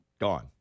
Gone